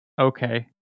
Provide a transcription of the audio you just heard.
Okay